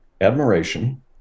admiration